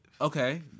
Okay